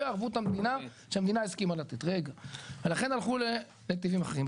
ערבות המדינה שהמדינה הסכימה לתת ולכן הלכו לנתיבים אחרים.